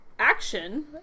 action